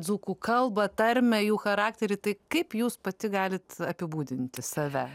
dzūkų kalbą tarmę jų charakterį tai kaip jūs pati galit apibūdinti save